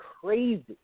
crazy